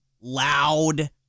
loud